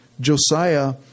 Josiah